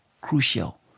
crucial